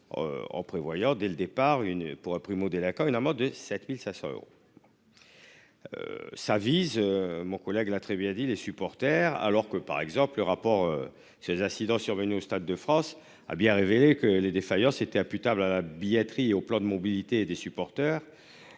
En prévoyant dès le départ une pour primo délinquants. Une amende de 7500 euros. Ça vise mon collègue l'a très bien dit les supporters alors que par exemple le rapport. Ces incidents survenus au Stade de France a bien révélé que les défaillances étaient imputables à la billetterie au plan de mobilité et des supporters